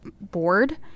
board